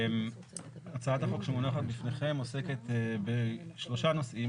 הצעת החוק שמונחת בפניכם עוסקת בשלושה נושאים,